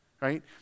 Right